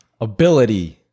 ability